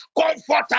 comfortable